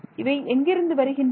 இவை எங்கிருந்து வருகின்றன